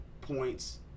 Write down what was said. points